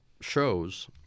shows